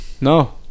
No